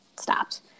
stopped